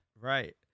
right